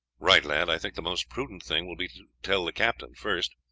right, lad. i think the most prudent thing will be to tell the captain first.